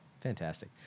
Fantastic